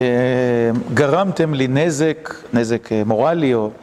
גרמתם לי נזק, נזק מורלי.